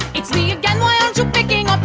it's the beginning.